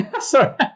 Sorry